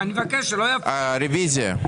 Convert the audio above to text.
רוויזיה.